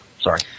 Sorry